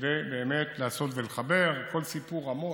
כדי לעשות ולחבר, כל סיפור רמות,